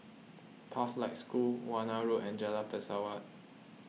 Pathlight School Warna Road and Jalan Pesawat